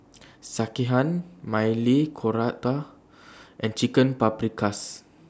Sekihan Maili Kofta and Chicken Paprikas